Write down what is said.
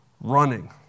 running